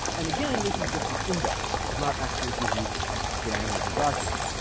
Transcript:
and again this is just an index this does not actually give you the scan of the document